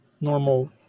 normal